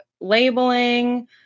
labeling